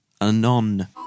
anon